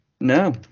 No